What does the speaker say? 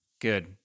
Good